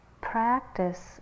practice